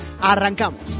¡Arrancamos